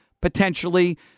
Potentially